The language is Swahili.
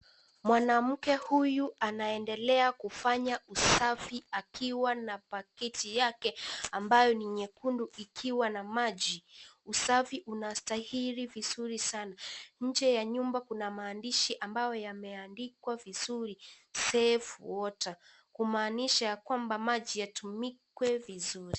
Mwanamke huyu anaendelea kufanya usafi akiwa na pakiti yake ambayo ni nyekundu ikiwa na maji. Usafi unastahili vizuri sana. Nje ya nyumba kuna maandishi ambao yameandikwa vizuri " Save water " kumaanisha ya kwamba maji yatumikwe vizuri.